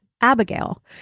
Abigail